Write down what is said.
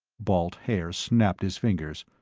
balt haer snapped his fingers.